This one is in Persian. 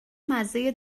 مزه